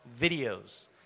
videos